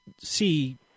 see